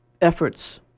efforts